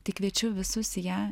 tai kviečiu visus į ją